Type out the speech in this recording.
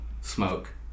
smoke